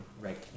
right